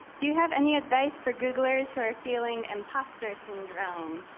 you have any advice for googlers who are feeling imposter syndrome,